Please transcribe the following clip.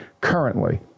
currently